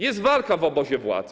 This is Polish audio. Jest walka w obozie władzy.